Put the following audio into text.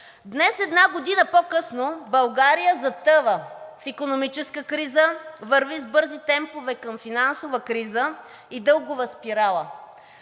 Днес, една година по-късно, България затъва в икономическа криза, върви с бързи темпове към финансова криза и дългова спирала.